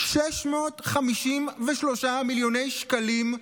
653 מיליוני שקלים.